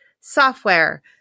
software